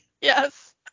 Yes